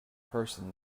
person